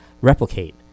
replicate